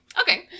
Okay